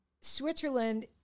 Switzerland